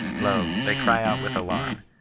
lo, they cry out with alarm,